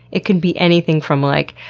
it could be anything from, like,